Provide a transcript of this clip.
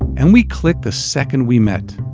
and we clicked the second we met.